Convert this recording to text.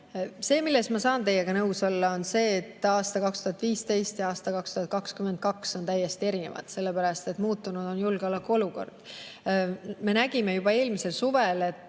See, milles ma saan teiega nõus olla, on see, et aasta 2015 ja aasta 2022 on täiesti erinevad, sellepärast et muutunud on julgeolekuolukord. Me nägime juba eelmisel suvel, et